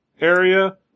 area